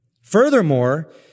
Furthermore